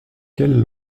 quelle